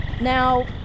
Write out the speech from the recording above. Now